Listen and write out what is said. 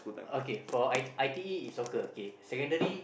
okay for I I_T_E is soccer okay secondary